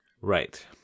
Right